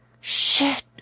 Shit